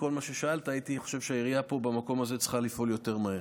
מכל מה ששאלת הייתי חושב שהעירייה פה במקום הזה צריכה לפעול יותר מהר.